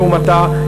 לעומתה,